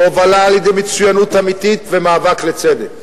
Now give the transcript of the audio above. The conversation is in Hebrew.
הובלה על-ידי מצוינות אמיתית ומאבק לצדק.